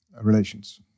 relations